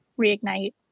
reignite